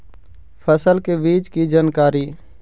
फसल के बीज की जानकारी?